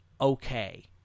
okay